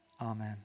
Amen